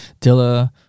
dilla